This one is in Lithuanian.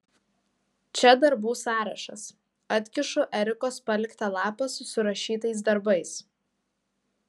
čia darbų sąrašas atkišu erikos paliktą lapą su surašytais darbais